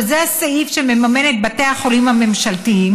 שזה הסעיף שמממן את בתי החולים הממשלתיים,